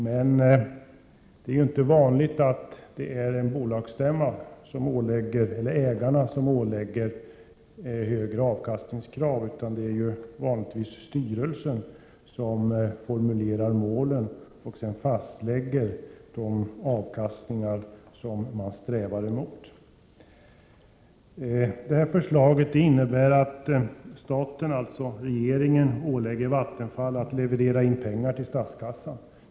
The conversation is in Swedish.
Men det är inte vanligt att det är ägarna som ålägger ett bolag högre krav på avkastning, utan det är mestadels styrelsen som både formulerar och lägger fast de mål som man strävar emot. Förslaget innebär att staten, alltså regeringen, ålägger Vattenfall att leverera in mera pengar till statskassan.